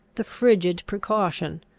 the frigid precaution,